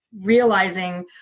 realizing